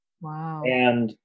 Wow